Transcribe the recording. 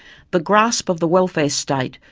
the grasp of the welfare state,